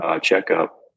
checkup